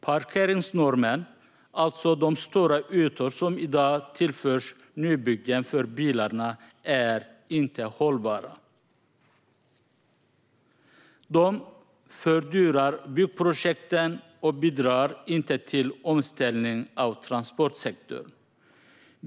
Parkeringsnormen, alltså de stora ytor som i dag tillförs nybyggen för bilarna, är inte hållbar. Den fördyrar byggprojekten och bidrar inte till omställning av transportsektorn.